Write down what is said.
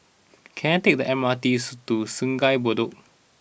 can I take the M R T to Sungei Bedok